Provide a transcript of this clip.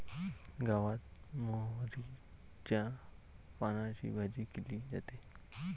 गावात मोहरीच्या पानांची भाजी केली जाते